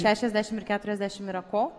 šešiasdešim ir keturiasdešim yra ko